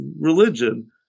religion